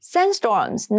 Sandstorms